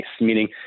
meaning